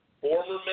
Former